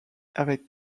avec